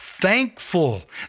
thankful